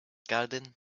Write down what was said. garden